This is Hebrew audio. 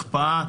הקפאה,